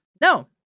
No